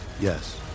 Yes